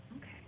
Okay